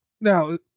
now